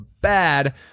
bad